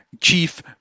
Chief